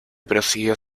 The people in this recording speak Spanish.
prosiguió